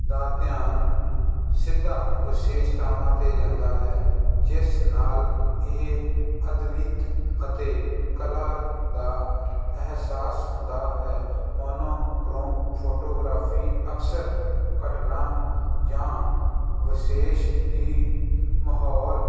ਦਾ ਧਿਆਨ ਸਿੱਧਾ ਵਿਸ਼ੇਸ਼ਤਾਵਾਂ 'ਤੇ ਜਾਂਦਾ ਹੈ ਜਿਸ ਨਾਲ ਇਹ ਅਦਵਿਤ ਅਤੇ ਕਲਾ ਦਾ ਅਹਿਸਾਸ ਹੁੰਦਾ ਹੈ ਮੋਨੋਕ੍ਰੋਮ ਫੋਟੋਗ੍ਰਾਫੀ ਅਕਸਰ ਘਟਨਾ ਜਾਂ ਵਿਸ਼ੇਸ਼ ਦੀ ਮਾਹੌਲ